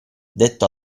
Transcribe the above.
detto